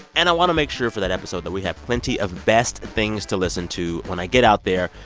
and i want to make sure for that episode that we have plenty of best things to listen to when i get out there,